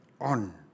on